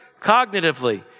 cognitively